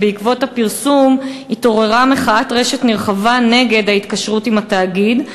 ובעקבות הפרסום התעוררה מחאת רשת נרחבת נגד ההתקשרות עם התאגיד.